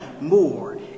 more